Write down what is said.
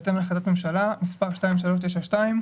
בהתאם להחלטת הממשלה שמספרה 2392,